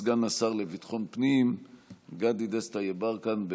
סגן השר לביטחון פנים גדי דסטה יברקן.